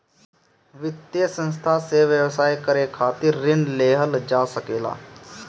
वित्तीय संस्था से व्यवसाय करे खातिर ऋण लेहल जा सकेला